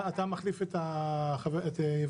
אתה מחליף את יבגני?